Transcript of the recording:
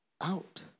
out